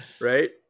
Right